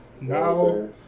Now